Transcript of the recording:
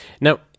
Now